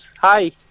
Hi